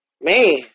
Man